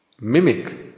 mimic